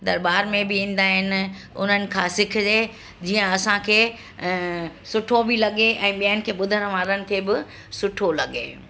दरबार में बि ईंदा आहिनि उन्हनि खां सिखजे जीअं असांखे अ सुठो बि लॻे ऐं ॿियनि खे ॿुधण वारनि खे बि सुठो लॻे